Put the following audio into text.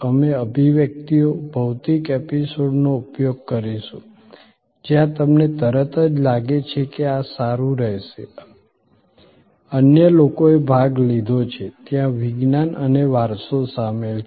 અમે અભિવ્યક્તિઓ ભૌતિક એપિસોડ્સનો ઉપયોગ કરીશું જ્યાં તમને તરત જ લાગે છે કે આ સારું રહેશે અન્ય લોકોએ ભાગ લીધો છે ત્યાં વિજ્ઞાન અને વારસો સામેલ છે